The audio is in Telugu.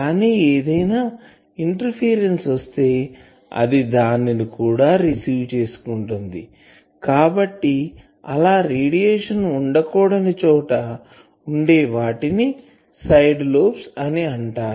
కానీ ఏదైనా ఇంటర్ఫేరెన్సు వస్తే అది దానిని కూడా రిసీవ్ చేసుకుంటుంది కాబట్టి ఆలా రేడియేషన్ ఉండకూడని చోట ఉండే వాటిని సైడ్ లోబ్స్ అని అంటారు